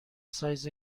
سایز